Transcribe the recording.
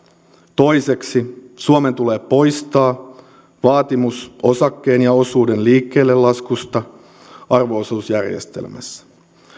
toiseksi suomen tulee poistaa vaatimus osakkeen ja osuuden liikkeellelaskusta arvo osuusjärjestelmässä